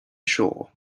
shore